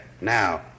Now